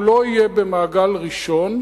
הוא לא יהיה במעגל ראשון,